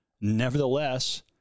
Nevertheless